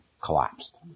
collapsed